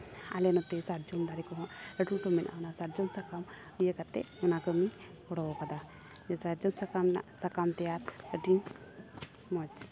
ᱟᱞᱮ ᱱᱚᱛᱮ ᱥᱟᱨᱡᱚᱢ ᱫᱟᱨᱮ ᱠᱚᱦᱚᱸ ᱞᱟᱹᱴᱩ ᱞᱟᱹᱴᱩ ᱢᱮᱱᱟᱜᱼᱟ ᱚᱱᱟ ᱥᱟᱨᱡᱚᱢ ᱥᱟᱠᱟᱢ ᱤᱭᱟᱹ ᱠᱟᱛᱮᱫ ᱚᱱᱟ ᱠᱟᱹᱢᱤᱧ ᱜᱚᱲᱚ ᱟᱠᱟᱫᱟ ᱥᱟᱨᱡᱚᱢ ᱥᱟᱠᱟᱢ ᱨᱮᱱᱟᱜ ᱥᱟᱠᱟᱢ ᱛᱮᱭᱟᱨ ᱟᱹᱰᱤ ᱢᱚᱡᱽ